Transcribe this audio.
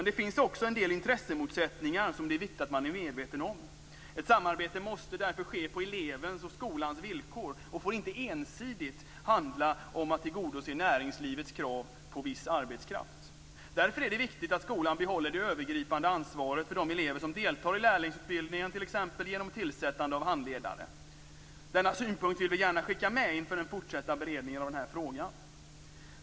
Det finns dock också en del intressemotsättningar som det är viktigt att vara medveten om. Ett samarbete måste därför ske på elevens och skolans villkor och får inte ensidigt handla om att tillgodose näringslivets krav på viss arbetskraft. Därför är det viktigt att skolan behåller det övergripande ansvaret för de elever som deltar i lärlingsutbildningen, t.ex. genom tillsättande av handledare. Denna synpunkt vill vi gärna skicka med inför den fortsatta beredningen av den här frågan.